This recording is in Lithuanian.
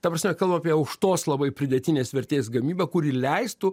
ta prasme kalbam apie aukštos labai pridėtinės vertės gamybą kuri leistų